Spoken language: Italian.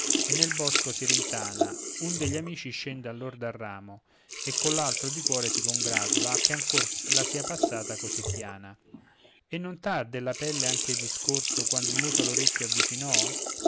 e nel bosco si rintana un degli amici scende allor dal ramo e coll'altro di cuore si congratula che ancor la sia passata così piana e non t'ha della pelle anche discorso quando il muso all'orecchio avvicinò